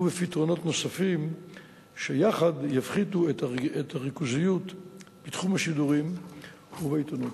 ועל פתרונות נוספים שיחד יפחיתו את הריכוזיות בתחום השידורים ובעיתונות.